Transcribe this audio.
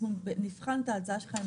אנחנו נבחן את ההצעה שלך.